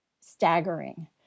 staggering